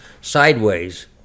sideways